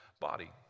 body